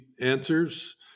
answers